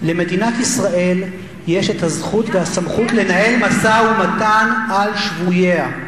למדינת ישראל יש הזכות והסמכות לנהל משא-ומתן על שבוייה.